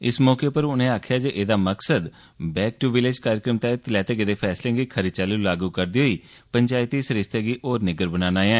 इस मौके उप्पर उनें आक्खेआ जे ऐदा मकसद 'बैक टू विलेज' कार्जक्रम तैहत लेते गेदे फैसले गी खरी चाल्ली लागू करदे होई पंचायती सरिस्ते गी होर निग्गर बनाना ऐ